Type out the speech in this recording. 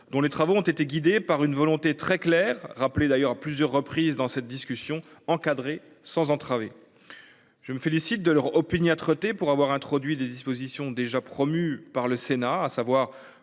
dont les travaux ont été guidée par une volonté très claire, rappeler d'ailleurs à plusieurs reprises dans cette discussion encadré sans entraver. Je me félicite de leur opiniâtreté pour avoir introduit des dispositions déjà promue par le Sénat, à savoir